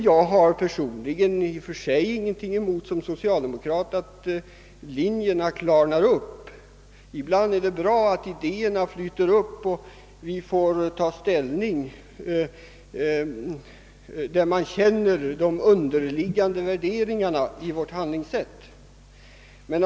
Jag har personligen, i egenskap av socialdemokrat, ingenting emot att linjerna klarnar upp. Ibland är det bra att idéerna flyter upp och att vi får ta ställning, så att de värderingar som ligger under vårt handlingssätt blir kända.